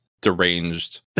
deranged